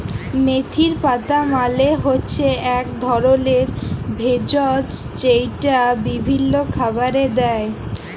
মেথির পাতা মালে হচ্যে এক ধরলের ভেষজ যেইটা বিভিল্য খাবারে দেয়